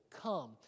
come